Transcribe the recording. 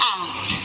out